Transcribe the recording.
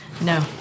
No